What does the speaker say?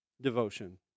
devotion